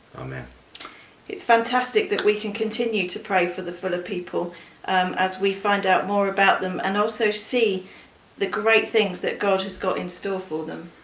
um it's fantastic that we can continue to pray for the fula people as we find out more about them and also see the great things that god has got in store for them.